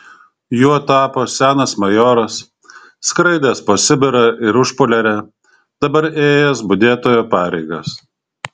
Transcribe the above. juo tapo senas majoras skraidęs po sibirą ir užpoliarę dabar ėjęs budėtojo pareigas